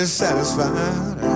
satisfied